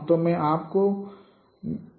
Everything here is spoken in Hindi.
तो मैं आपको व्युत्पत्ति दिखाता हूं